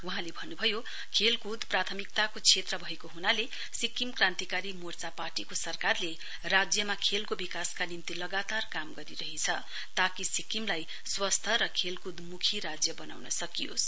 वहाँले भन्नुभयो खेल प्राथमिक्ताके क्षेत्र भएको हुनाले सिक्किम क्रान्तिकारी मोर्चा पार्टीको सरकारले राज्यमा खेलको विकासका निम्ति लगातार काम गरिरहेछ ताकि सिक्किमलाई स्वस्थ र खेलकुदमुखी राज्य वनाउन सकियोस